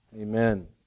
Amen